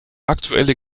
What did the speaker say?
aktuelle